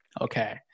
Okay